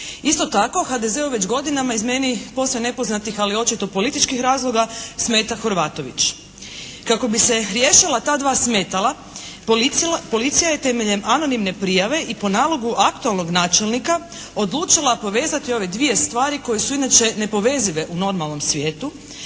Isto tako, HDZ-u već godinama, iz meni posve nepoznatih ali očito političkih razloga, smeta Horvatović. Kako bi se riješila ta dva smetala policija je temeljem anonimne prijave i po nalogu aktualnog načelnika odlučila povezati ove dvije stvari koje su inače nepovezive u normalnom svijetu,